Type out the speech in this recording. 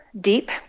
deep